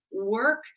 work